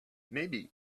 maybe